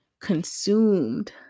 consumed